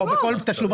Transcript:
כתוב,